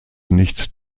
nicht